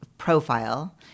profile